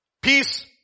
peace